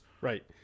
right